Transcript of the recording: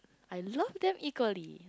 I love them equally